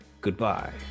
Goodbye